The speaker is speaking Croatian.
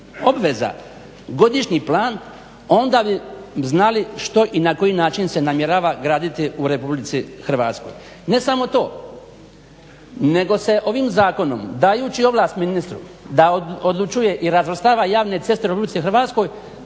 obveza godišnji plan onda bi znali što i na koji način se namjerava graditi u RH. Ne samo to, nego se ovim zakonom dajući ovlast ministru da odlučuje i razvrstava javne ceste u RH potpuno